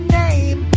name